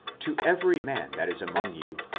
to every man that is among you,